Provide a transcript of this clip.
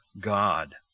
God